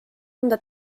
anda